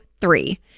three